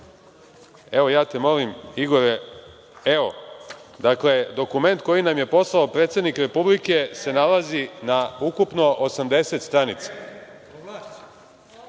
Evo, ja te molim Igore. Evo, dakle, dokument koji nam je poslao predsednik Republike se nalazi na ukupno 80 stranica.(Zoran